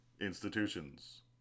Institutions